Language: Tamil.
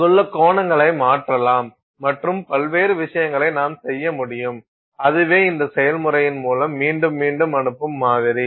அங்குள்ள கோணங்களை மாற்றலாம் மற்றும் பல்வேறு விஷயங்களை நாம் செய்ய முடியும் அதுவே இந்த செயல்முறையின் மூலம் மீண்டும் மீண்டும் அனுப்பும் மாதிரி